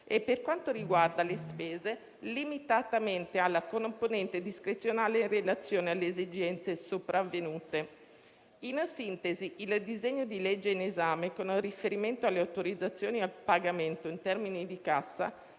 e, per quanto riguarda le spese, limitatamente alla componente discrezionale in relazione alle esigenze sopravvenute. In sintesi, il disegno di legge in esame, con riferimento alle autorizzazioni al pagamento in termini di cassa,